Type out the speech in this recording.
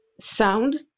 sound